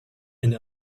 and